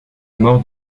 mort